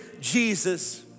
Jesus